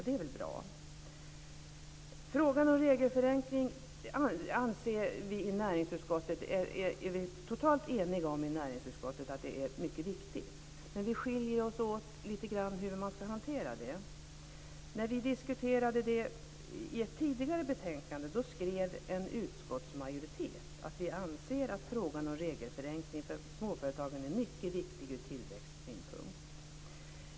Det är väl bra. Vi i näringsutskottet är totalt eniga om att frågan om regelförenkling är mycket viktig. Men vi skiljer oss åt lite när det gäller hur man ska hantera den. När vi diskuterade den i ett tidigare betänkande skrev en utskottsmajoritet att vi anser att frågan om regelförenkling för småföretagen är mycket viktig ur tillväxtsynpunkt.